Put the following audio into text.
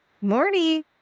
Morning